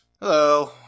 Hello